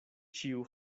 ĉiu